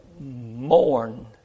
mourn